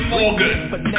Morgan